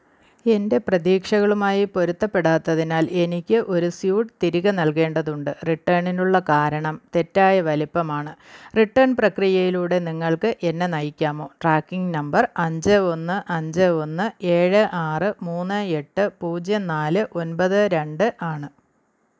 എൻ്റെ പ്രതീക്ഷകളുമായി പൊരുത്തപ്പെടാത്തതിനാൽ എനിക്ക് ഒരു സ്യൂട്ട് തിരികെ നൽകേണ്ടതുണ്ട് റിട്ടേണിനുള്ള കാരണം തെറ്റായ വലിപ്പമാണ് റിട്ടേൺ പ്രക്രിയയിലൂടെ നിങ്ങൾക്ക് എന്നെ നയിക്കാമോ ട്രാക്കിംഗ് നമ്പർ അഞ്ച് ഒന്ന് അഞ്ച് ഒന്ന് ഏഴ് ആറ് മൂന്ന് എട്ട് പൂജ്യം നാല് ഒന്പത് രണ്ട് ആണ്